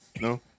No